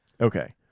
Okay